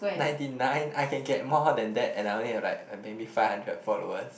ninety nine I can get more than that and I'll only have like maybe have five hundred followers